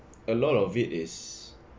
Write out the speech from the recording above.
a lot of it is